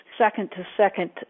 second-to-second